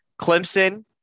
Clemson